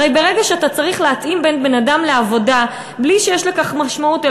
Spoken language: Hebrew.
הרי ברגע שאתה צריך להתאים בין בן-אדם לעבודה בלי שיש לכך משמעות,